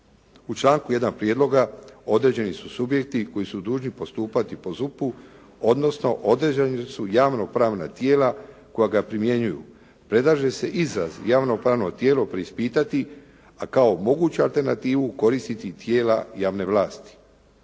U članku 1. prijedloga određeni su subjekti koji su dužni postupati po ZUP-u, odnosno određena su javno-pravna tijela koja ga primjenjuju. Predlaže se izraz javno-pravno tijelo preispitati, a kao moguću alternativu koristiti tijela javne vlasti.